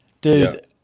Dude